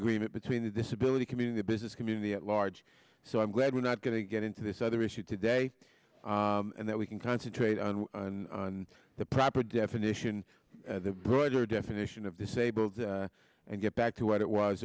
agreement between the disability community the business community at large so i'm glad we're not going to get into this other issue today and that we can concentrate on and on the proper definition the broader definition of disabled and get back to what it was